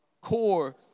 core